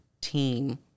team